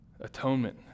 atonement